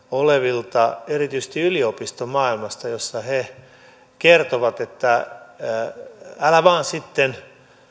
olevilta ihmisiltä erityisesti yliopistomaailmasta josta he kertovat että älä vain sitten